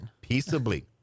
Peaceably